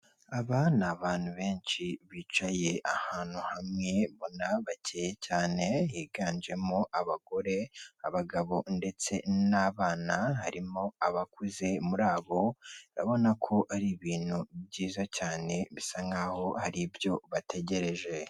Aba ni abantu benshi bicaye ahantu hamwe ubona bake cyane higanjemo abagore, abagabo ndetse n'abana. Harimo abakuze muri abo, urabona ko ari ibintu byiza cyane bisa nk'aho hari ibyo bategereje.